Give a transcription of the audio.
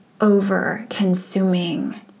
over-consuming